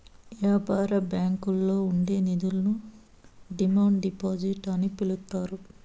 యాపార బ్యాంకుల్లో ఉండే నిధులను డిమాండ్ డిపాజిట్ అని పిలుత్తారు